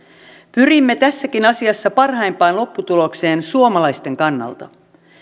pyrimme tässäkin asiassa parhaimpaan lopputulokseen suomalaisten kannalta